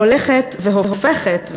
הולכת והופכת,